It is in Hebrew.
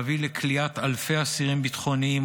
להביא לכליאת אלפי אסירים ביטחוניים,